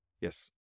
Yes